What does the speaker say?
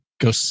go